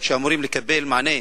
שאמורים לקבל מענה,